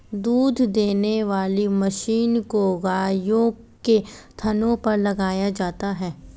दूध देने वाली मशीन को गायों के थनों पर लगाया जाता है